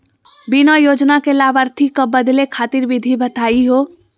बीमा योजना के लाभार्थी क बदले खातिर विधि बताही हो?